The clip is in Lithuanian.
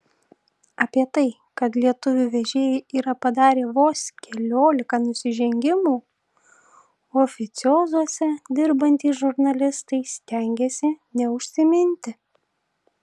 apie tai kad lietuvių vežėjai yra padarę vos keliolika nusižengimų oficiozuose dirbantys žurnalistai stengiasi neužsiminti